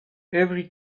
every